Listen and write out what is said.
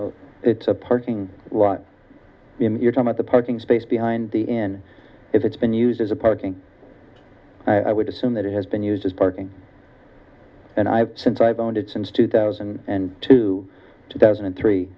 it's a parking lot in your town at the parking space behind the in if it's been used as a parking i would assume that it has been used as parking and i've since i've owned it since two thousand and two two thousand and three